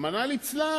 רחמנא ליצלן,